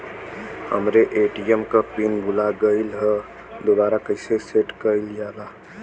हमरे ए.टी.एम क पिन भूला गईलह दुबारा कईसे सेट कइलजाला?